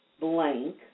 blank